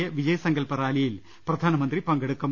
A Vijay Sankalp റാലിയിൽ പ്രധാനമന്ത്രി പങ്കെടുക്കും